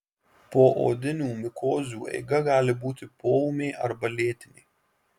poodinių mikozių eiga gali būti poūmė arba lėtinė